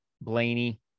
Blaney